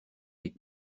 les